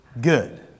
good